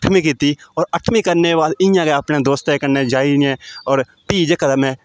अठमीं कीती होर अठमीं करने बाद इ'यां गै अपने दोस्तें कन्नै जाई ने होर भी जेह्का में